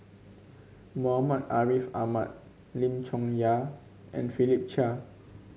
Muhammad Ariff Ahmad Lim Chong Yah and Philip Chia